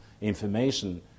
information